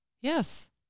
Yes